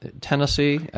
Tennessee